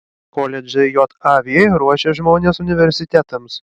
koledžai jav ruošia žmones universitetams